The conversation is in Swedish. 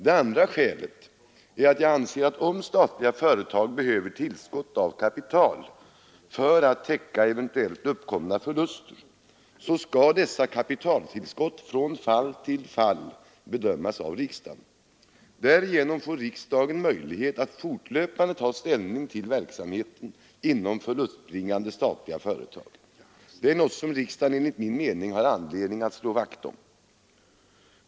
Det andra skälet är att jag anser, att om statliga företag behöver tillskott av kapital för att täcka eventuellt uppkomna förluster, så skall dessa kapitaltillskott från fall till fall bedömas av riksdagen. Därigenom får riksdagen möjlighet att fortlöpande ta ställning till verksamheten inom förlustbringande statliga företag. Detta är något som riksdagen enligt min mening har anledning att slå vakt om. Herr talman!